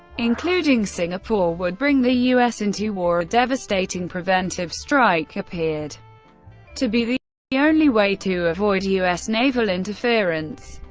including singapore, would bring the u s. into war, a devastating preventive strike appeared to be the only way to avoid u s. naval interference.